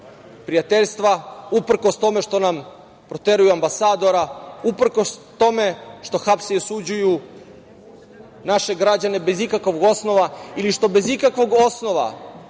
prijateljstva, uprkos tome što nam proteruju ambasadora, uprkos tome što hapse i osuđuju naše građane bez ikakvog osnova ili što bez ikakvog osnova